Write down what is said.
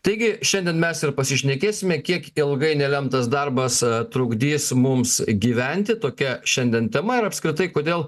taigi šiandien mes ir pasišnekėsime kiek ilgai nelemtas darbas trukdys mums gyventi tokia šiandien tema ir apskritai kodėl